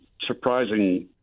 surprising